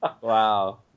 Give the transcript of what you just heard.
Wow